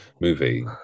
movie